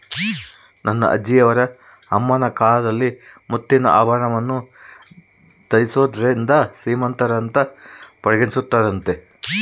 ನನ್ನ ಅಜ್ಜಿಯವರ ಅಮ್ಮನ ಕಾಲದಲ್ಲಿ ಮುತ್ತಿನ ಆಭರಣವನ್ನು ಧರಿಸಿದೋರ್ನ ಶ್ರೀಮಂತರಂತ ಪರಿಗಣಿಸುತ್ತಿದ್ದರಂತೆ